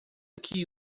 que